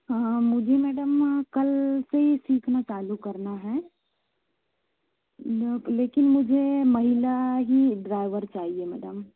हाँ हाँ मुझे मैडम कल से ही सीखना चालू करना है लेकिन मुझे महिला ही ड्राइवर चाहिए मैडम